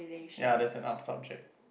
ya that's an art subject